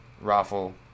Raffle